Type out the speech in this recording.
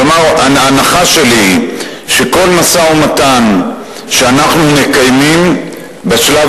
כלומר ההנחה שלי היא שכל משא-ומתן שאנחנו מקיימים בשלב